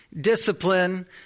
discipline